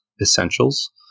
Essentials